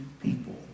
people